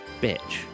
bitch